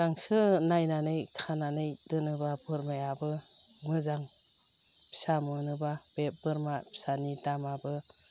गांसो नायनानै खानानै दोनोबा बोरमायाबो मोजां फिसा मोनोबा बे बोरमा फिसानि दामाबो